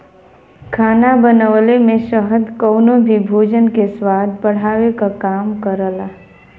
खाना बनवले में शहद कउनो भी भोजन के स्वाद बढ़ावे क काम करला